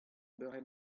beure